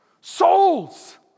Souls